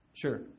Sure